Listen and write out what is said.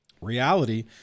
reality